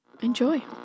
Enjoy